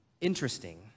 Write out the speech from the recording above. interesting